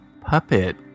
puppet